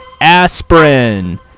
Aspirin